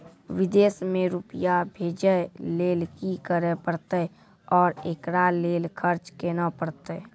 विदेश मे रुपिया भेजैय लेल कि करे परतै और एकरा लेल खर्च केना परतै?